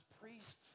priests